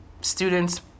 students